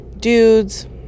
dudes